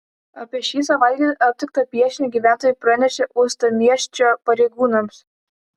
apie šį savaitgalį aptiktą piešinį gyventojai pranešė uostamiesčio pareigūnams